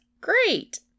Great